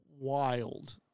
wild